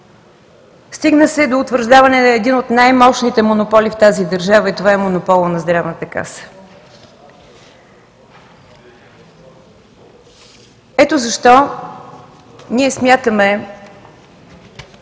Стигна се до утвърждаване на един от най-мощните монополи в тази държава, и това е монополът на Здравната каса. Ето защо ние смятаме,